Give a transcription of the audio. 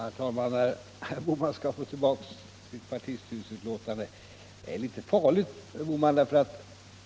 Herr talman! Herr Bohman skall få tillbaka partistyrelseutlåtandet.